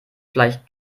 vielleicht